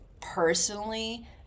personally